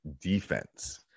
defense